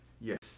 Yes